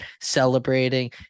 celebrating